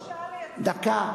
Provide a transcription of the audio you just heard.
דקה,